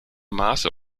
maße